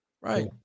right